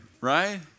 Right